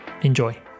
Enjoy